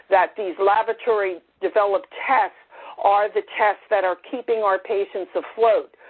that these laboratory-developed tests are the tests that are keeping our patients afloat.